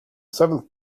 seventh